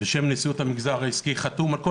בשם נשיאות המגזר העסקי חתום על כל